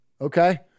Okay